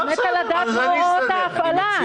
אני מתה לדעת את הוראות ההפעלה.